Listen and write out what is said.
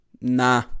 Nah